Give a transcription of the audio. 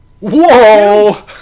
Whoa